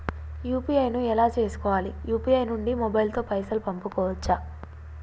UPI ను ఎలా చేస్కోవాలి యూ.పీ.ఐ నుండి మొబైల్ తో పైసల్ పంపుకోవచ్చా?